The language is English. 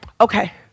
Okay